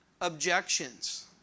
objections